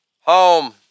Home